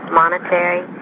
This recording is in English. monetary